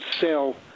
sell